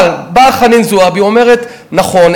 אבל באה חנין זועבי ואומרת: נכון,